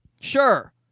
Sure